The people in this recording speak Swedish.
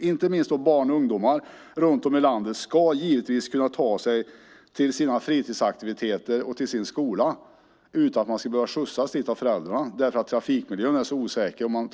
Inte minst ska barn och ungdomar runt om i landet kunna ta sig till fritidsaktiviteter och skola utan att behöva skjutsas dit av föräldrar som tycker att trafikmiljön är för osäker och inte